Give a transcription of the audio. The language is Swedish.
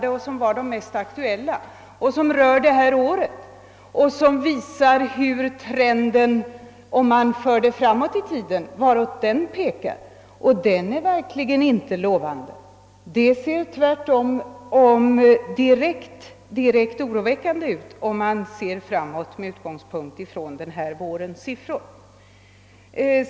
De är nämligen de mest aktuella; de rör detta år och visar vartåt trenden pekar, om man för det hela framåt i tiden. Den trenden är verkligen inte lovande. Den ser tvärtom direkt oroväckande ut, om man blickar framåt med utgångspunkt i vårens siffror.